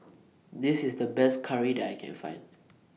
This IS The Best Curry that I Can Find